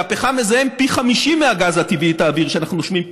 כשהפחם מזהם פי 50 מהגז הטבעי את האוויר שאנחנו נושמים,